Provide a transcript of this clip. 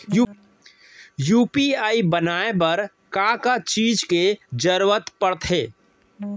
UPI बनाए बर का का चीज के जरवत पड़थे?